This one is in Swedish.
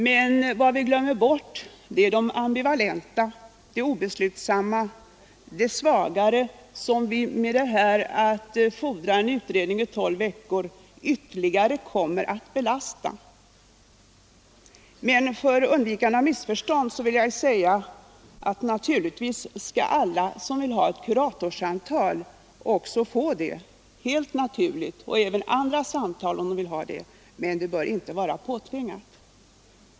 Men vi glömmer de ambivalenta, de obeslutsamma, de svagare som vi ytterligare kommer att belasta genom att fordra en utredning när det är fråga om tolv veckor. För undvikande av missförstånd vill jag emellertid säga att helt naturligt skall alla som vill ha ett kuratorssamtal också få det, och även andra samtal, om de önskar sådana. Men detta bör inte vara något påtvingat.